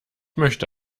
möchte